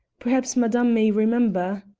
perhaps madame may remember.